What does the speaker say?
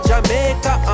Jamaica